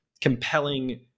compelling